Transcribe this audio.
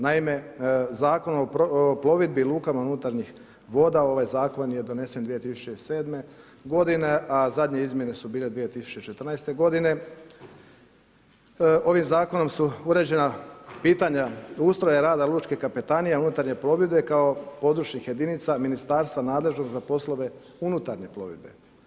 Naime Zakon o plovidbi lukama unutarnjih voda ovaj zakon je donesen 2007. g. a zadnje izmjene su bile 2014. g. Ovim zakonom su urešena pitanja ustroja rada lučkih kapetanija unutarnje plovidbe kao područnih jedinica ministarstva nadležnih za poslove unutarnje plovidbe.